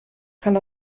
kann